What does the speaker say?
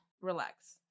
relax